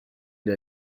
der